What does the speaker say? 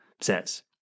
says